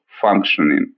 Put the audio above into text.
functioning